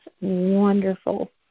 wonderful